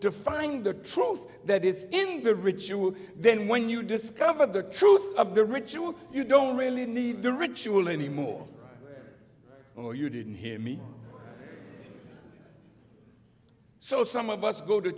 to find the truth that is in the ritual then when you discover the truth of the ritual you don't really need the ritual anymore or you didn't hear me so some of us go to